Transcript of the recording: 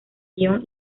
guion